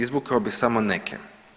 Izvukao bih samo neke.